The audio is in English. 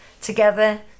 together